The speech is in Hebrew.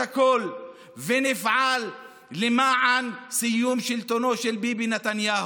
הכול ונפעל למען סיום שלטונו של ביבי נתניהו.